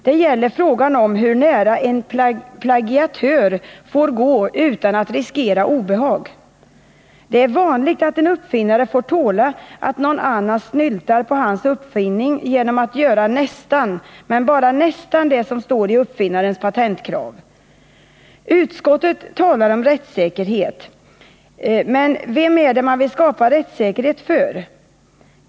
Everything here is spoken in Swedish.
Det gäller frågan om hur nära en plagiator får gå utan att riskera obehag. Det är vanligt att en uppfinnare får tåla att någon annan snyltar på hans uppfinning genom att göra nästan, men bara nästan, det som står i uppfinnarens patentkrav. Utskottet talar om rättssäkerhet, men vem är det man vill skapa rättsäkerhet för?